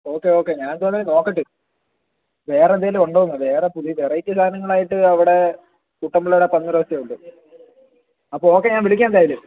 okay okay ഞാൻ എന്തുവാണേലും നോക്കട്ട് വേറെ എന്തേലും ഉണ്ടോന്ന് വേറെ പുതിയ വെറൈറ്റി സാധനങ്ങളായിട്ട് അവിടെ കുട്ടൻപിള്ളയുടെ പന്നി റോസ്റ്റ് ഉണ്ട് അപ്പോൾ ഓക്കെ ഞാൻ വിളിക്കാം എന്തായാലും